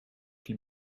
die